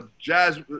Jazz